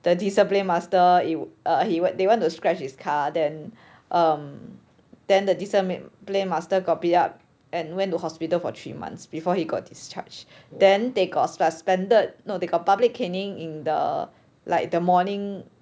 the discipline master it err he went they went to scratch his car then um then the discipline master got beat up and went to hospital for three months before he got discharge then they got suspended no they got public caning in the like the morning